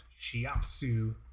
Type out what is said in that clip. shiatsu